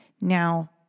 Now